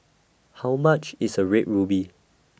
How much IS A Red Ruby